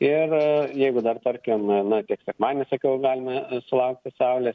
ir jeigu dar tarkim na kiek sekmadienį sakau galime sulaukti saulės